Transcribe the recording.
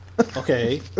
Okay